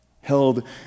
held